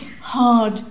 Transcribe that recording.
hard